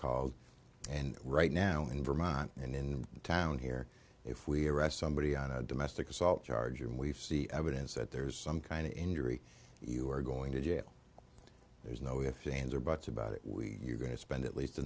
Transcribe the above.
called and right now in vermont and in town here if we arrest somebody on a domestic assault charge and we've see evidence that there's some kind of injury you are going to jail there's no ifs ands or buts about it we are going to spend at least a